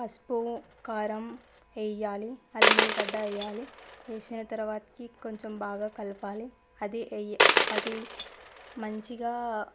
పసుపు కారం వేయాలి అల్లం ఎల్లిగడ్డ వేయాలి వేసిన తరువాతకి కొంచెం బాగా కలపాలి అది ఎయ్ అది మంచిగా